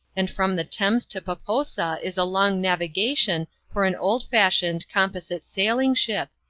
and from the thames to poposa is a long navigation for an old fashioned, composite sailing ship,